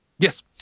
Yes